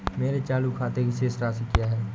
मेरे चालू खाते की शेष राशि क्या है?